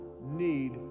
need